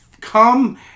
come